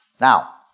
Now